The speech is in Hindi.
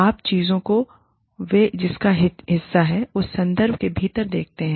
आप चीजों को वे जिसका हिस्सा है उस संदर्भ के भीतर देखते हैं